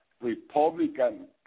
Republican